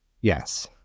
Yes